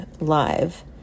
Live